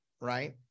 right